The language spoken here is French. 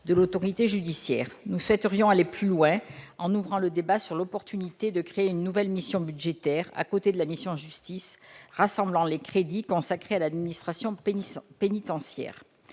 de l'autorité judiciaire. Nous souhaiterions aller plus loin, en ouvrant le débat sur l'opportunité de créer une nouvelle mission budgétaire, à côté de la mission « Justice », rassemblant les crédits consacrés à l'administration pénitentiaire.